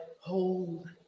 hold